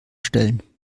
stellen